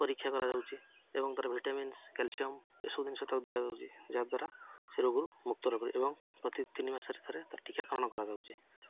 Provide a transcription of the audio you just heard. ପରୀକ୍ଷା କରାଯାଉଛି ଏବଂ ତାର ଭିଟାମିନ୍ସ କ୍ୟାଲସିୟମ ଏସବୁ ଜିନିଷ ତାକୁ ଦିଆଯାଉଛି ଯାହାଦ୍ୱାରା ସେ ରୋଗରୁ ମୁକ୍ତ ରହିପାରେ ଏବଂ ପ୍ରତି ତିନି ମାସରେ ଥରେ ତାର ଟୀକାକରଣ କରାଯାଉଛି